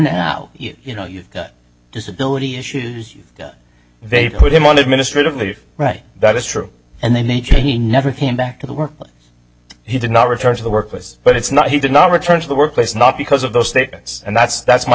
now you know you've got disability issues you've done they've put him on administrative leave right that is true and then the chain never came back to the workplace he did not return to the work was but it's not he did not return to the workplace not because of those statements and that's that's my